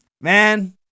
man